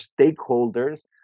stakeholders